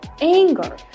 anger